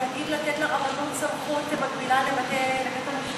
הוא עוד יגיד לתת לרבנות סמכות מקבילה לבית-המשפט.